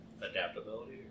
adaptability